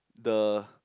the